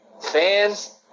fans